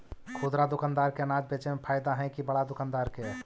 खुदरा दुकानदार के अनाज बेचे में फायदा हैं कि बड़ा दुकानदार के?